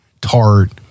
tart